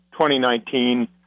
2019